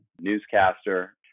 newscaster